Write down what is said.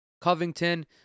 Covington